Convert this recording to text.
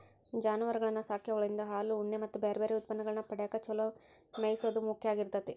ಜಾನುವಾರಗಳನ್ನ ಸಾಕಿ ಅವುಗಳಿಂದ ಹಾಲು, ಉಣ್ಣೆ ಮತ್ತ್ ಬ್ಯಾರ್ಬ್ಯಾರೇ ಉತ್ಪನ್ನಗಳನ್ನ ಪಡ್ಯಾಕ ಚೊಲೋ ಮೇಯಿಸೋದು ಮುಖ್ಯ ಆಗಿರ್ತೇತಿ